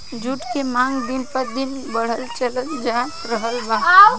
जुट के मांग दिन प दिन बढ़ल चलल जा रहल बा